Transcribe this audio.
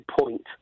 point